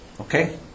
Okay